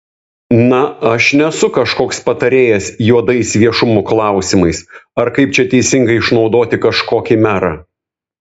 na aš nesu kažkoks patarėjas juodais viešumo klausimais ar kaip čia teisingai išnaudoti kažkokį merą